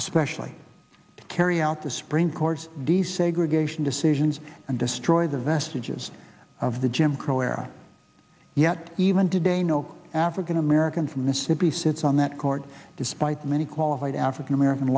especially to carry out the supreme court's desegregation decisions and destroy the vestiges of the jim crow era yet even today no african american from mississippi sits on that court despite many qualified african american